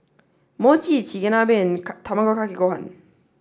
Mochi Chigenabe and Tamago kake gohan